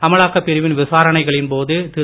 அமலாக்கப் பிரிவின் விசாரணைகளின் போது திரு